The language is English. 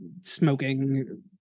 smoking